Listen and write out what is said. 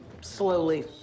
slowly